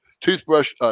toothbrush